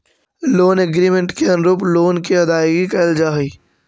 loan agreement के अनुरूप loan के अदायगी कैल जा हई